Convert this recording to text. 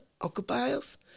occupiers